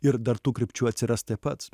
ir dar tų krypčių atsiras taip pat